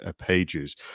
pages